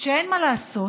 שאין מה לעשות,